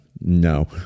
No